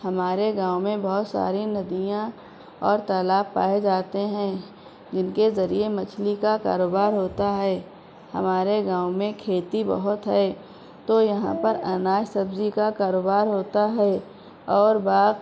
ہمارے گاؤں میں بہت ساری ندیاں اور تالاب پائے جاتے ہیں جن کے ذریعے مچھلی کا کاروبار ہوتا ہے ہمارے گاؤں میں کھیتی بہت ہے تو یہاں پر اناج سبزی کا کاروبار ہوتا ہے اور باغ